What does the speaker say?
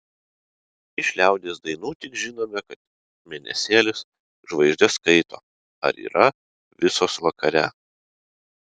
iš liaudies dainų tik žinome kad mėnesėlis žvaigždes skaito ar yra visos vakare